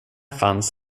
fanns